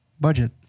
Budget